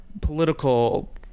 political